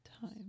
time